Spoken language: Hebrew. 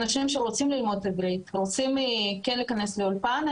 אנשים שרוצים ללמוד עברית ולהיכנס לאולפן,